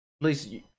Please